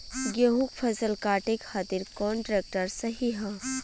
गेहूँक फसल कांटे खातिर कौन ट्रैक्टर सही ह?